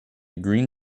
green